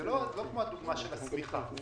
זה לא כמו הדוגמה של השמיכה.